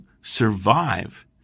survive